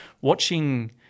watching